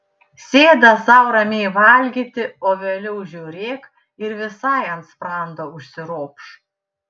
sėda sau ramiai valgyti o vėliau žiūrėk ir visai ant sprando užsiropš